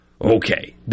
okay